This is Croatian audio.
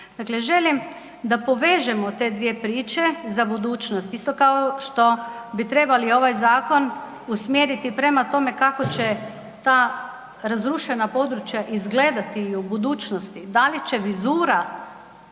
želim da povežemo te dvije priče za budućnost, isto kao što bi trebali ovaj zakon usmjeriti prema tome kako će ta razrušena područja izgledati u budućnosti, da li će vizira